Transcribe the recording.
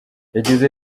yagize